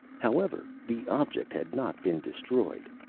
however, the object had not been destroyed.